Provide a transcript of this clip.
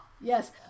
Yes